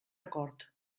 acord